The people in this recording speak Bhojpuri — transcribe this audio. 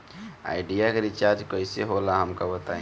आइडिया के रिचार्ज कईसे होला हमका बताई?